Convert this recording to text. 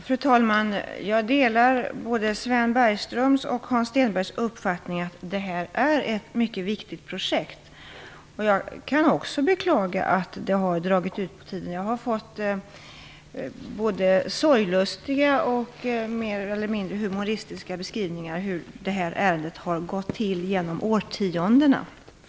Fru talman! Jag delar både Sven Bergströms och Hans Stenbergs uppfattning att det här är ett mycket viktigt projekt. Jag kan också beklaga att det har dragit ut på tiden. Jag har fått både sorglustiga och mer eller mindre humoristiska beskrivningar av hur ärendet har behandlats under årtiondena.